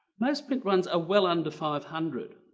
most pitt runs are well under five hundred.